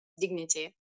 dignity